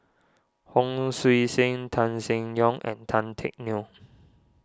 Hon Sui Sen Tan Seng Yong and Tan Teck Neo